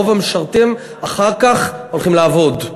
רוב המשרתים אחר כך הולכים לעבוד.